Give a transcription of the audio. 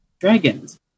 dragons